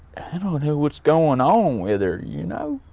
i don't know what's going on with her, you know.